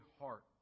heart